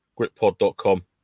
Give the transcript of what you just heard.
Grippod.com